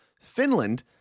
Finland